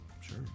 Sure